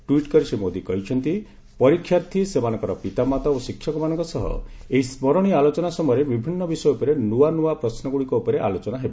tweet କରି ଶ୍ରୀ ମୋଦି କହିଛନ୍ତି ପରୀକ୍ଷାର୍ଥୀ ସେମାନଙ୍କର ପିତାମାତା ଓ ଶିକ୍ଷକମାନଙ୍କ ସହ ଏହି ସ୍କରଣୀୟ ଆଲୋଚନା ସମୟରେ ବିଭିନ୍ନ ବିଷୟ ଉପରେ ନୂଆନୂଆ ପ୍ରଶ୍ନଗୁଡ଼ିକ ଉପରେ ଆଲୋଚନା ହେବ